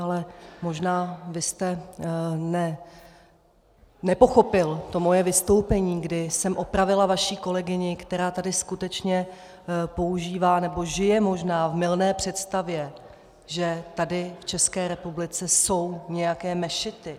Ale možná jste nepochopil moje vystoupení, kdy jsem opravila vaši kolegyni, která tady skutečně používá, nebo možná žije v mylné představě, že tady v České republice jsou nějaké mešity.